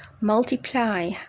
Multiply